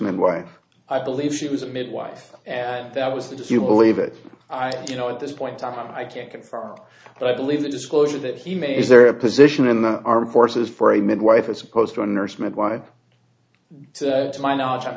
midwife i believe she was a midwife and that was that if you believe it i do know at this point time i can't confirm but i believe the disclosure that he made is there a position in the armed forces for a midwife as opposed to a nurse midwife to my knowledge i'm